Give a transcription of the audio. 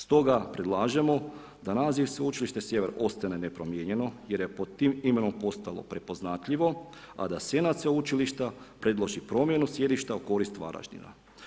Stoga predlažemo da naziv Sveučilište Sjever ostane nepromijenjeno jer je pod tim imenom postalo prepoznatljivo, a da senat sveučilišta predloži promjenu sjedišta u korist Varaždina.